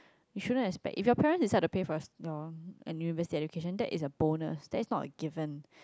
you shouldn't expect if your parents decide to pay for your university education that's a bonus that is not a given